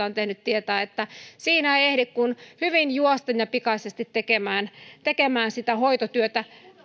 on tehnyt tietää että siinä ei ehdi kuin hyvin juosten ja pikaisesti tekemään tekemään sitä hoitotyötä